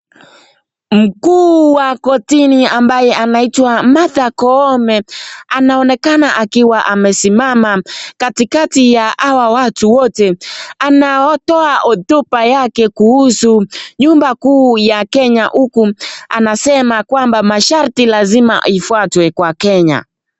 Mkuu wa kortini ambaye anaitwa Martha Koome anaonekana akiwa amesimama katikati ya hawa watu wote anatoa hotuba yake kuhusu nyumba kuu ya Kenya huku anasema kwamba masharti lazima ifuatwe kwa Kenya.